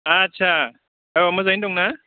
आस्सा औ मोजाङै दंना